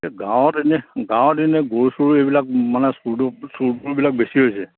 গাঁৱত এনে গাঁৱত এনে গৰু চৰু এইবিলাক মানে চুৰ তুৰ চুৰ তুৰবিলাক বেছি হৈছে